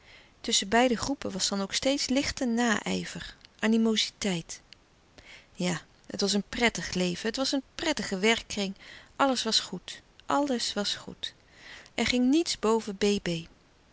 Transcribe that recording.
tusschen beide groepen was dan ook steeds lichte naijver animoziteit ja het was een prettig leven het was een prettige werkkring alles was goed alles was goed er ging niets boven